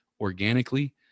organically